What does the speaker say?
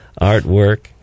artwork